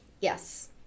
Yes